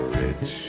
rich